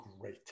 Great